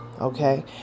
Okay